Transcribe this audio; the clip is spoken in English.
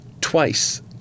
twice